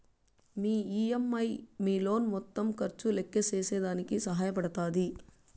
మీ EMI మీ loan మొత్తం ఖర్చు లెక్కేసేదానికి సహాయ పడతాది